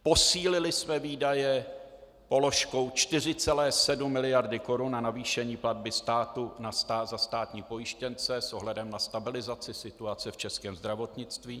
Posílili jsme výdaje položkou 4,7 mld. korun na navýšení platby státu za státní pojištěnce s ohledem na stabilizaci situace v českém zdravotnictví.